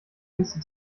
liste